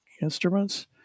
instruments